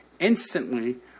instantly